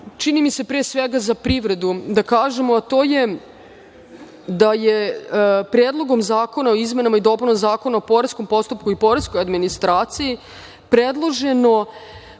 čini mi se, za privredu, a to je da je Predlogom zakona o izmenama i dopunama Zakona o poreskom postupku i poreskoj administraciji predloženo,